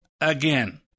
Again